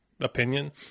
opinion